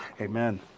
Amen